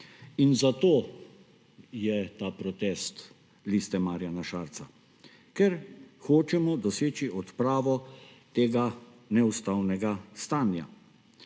In zato je ta protest Liste Marjana Šarca, ker hočemo doseči odpravo tega neustavnega stanja.